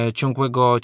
ciągłego